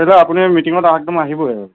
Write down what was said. তেতিয়া আপুনি মিটিঙত একদম আহিবয়ে আৰু